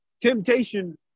temptation